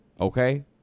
Okay